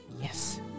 yes